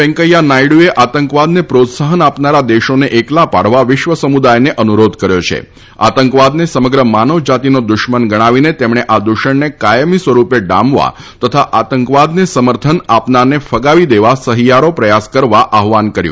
વેંકૈયા નાયડુએ આતંકવાદન પ્રોત્સાહન આપનારા દેશોન એકલા પાડવા વિશ્વ સમુદાયન અનુરોધ કર્યો છ આતંકવાદન સમગ્ર માનવજાતિનો દુશ્મન ગણાવીન તમ્રણ આ દુષણન કાયમી સ્વરુપ ડામવા તથા આતંકવાદન સમર્થન આપનારન ફગાવી દેવા સહિયારા પ્રયાસો કરવા આહાન કર્યું